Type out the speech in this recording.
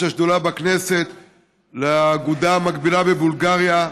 השדולה בכנסת והאגודה המקבילה בבולגריה,